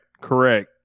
Correct